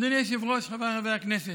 אדוני היושב-ראש, חבריי חברי הכנסת,